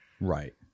right